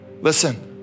listen